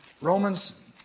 Romans